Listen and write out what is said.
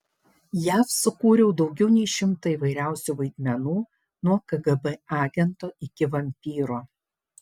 jav sukūriau daugiau nei šimtą įvairiausių vaidmenų nuo kgb agento iki vampyro